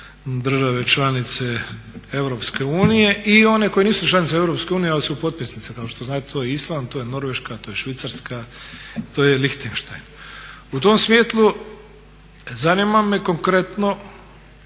države članice Europske unije i one koje nisu članice Europske unije ali su potpisnice kao što znate to je Island, to je Norveška, to je Švicarska, to je Lichtenstein. U tom svjetlu zanima me konkretno